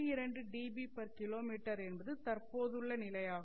2 dBkm dBKm என்பது தற்போதுள்ள நிலை ஆகும்